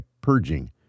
purging